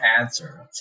answer